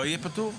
לא יהיה פטור?